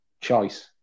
choice